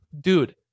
dude